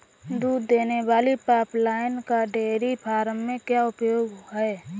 दूध देने वाली पाइपलाइन का डेयरी फार्म में क्या उपयोग है?